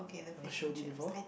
have I showed you before